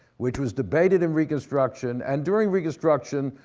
which was debated in reconstruction. and during reconstruction,